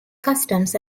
customs